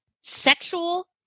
Sexual